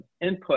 input